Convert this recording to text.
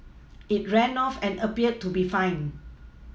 it ran off and appeared to be fine